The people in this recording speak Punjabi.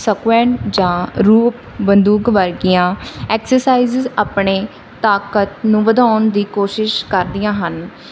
ਸਕੂਐਂਟ ਜਾਂ ਰੂਪ ਬੰਦੂਕ ਵਰਗੀਆਂ ਐਕਸਰਸਾਈਜ਼ਿਜ਼ ਆਪਣੀ ਤਾਕਤ ਨੂੰ ਵਧਾਉਣ ਦੀ ਕੋਸ਼ਿਸ਼ ਕਰਦੀਆਂ ਹਨ